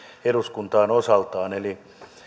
eduskuntaan osaltaan eli